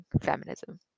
feminism